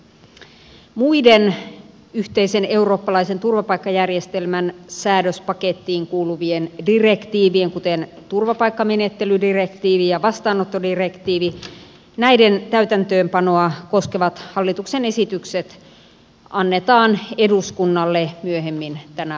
muiden yhteisen eurooppalaisen turvapaikkajärjestelmän säädöspakettiin kuuluvien direktii vien kuten turvapaikkamenettelydirektiivin ja vastaanottodirektiivin täytäntöönpanoa koskevat hallituksen esitykset annetaan eduskunnalle myöhemmin tänä vuonna